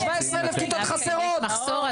17 אלף כיתות חסרות -- בגלל שיש מחסור,